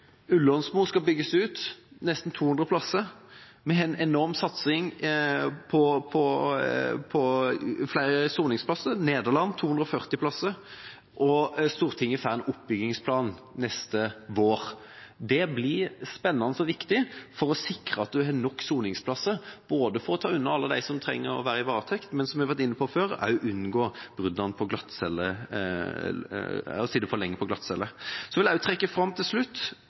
og Ullersmo skal bygges ut med nesten 200 plasser. Vi har en enorm satsing med flere soningsplasser, 240 plasser i Nederland. Stortinget får en oppbyggingsplan neste vår. Det blir spennende og viktig for å sikre at vi har nok soningsplasser, både for å ta unna for alle som trenger varetekt, og som vi har vært inne på, for å unngå brudd ved at noen sitter for lenge på glattcelle. Til slutt vil jeg trekke fram at vi fikk på plass penger til